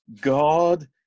God